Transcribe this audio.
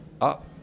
up